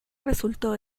resultó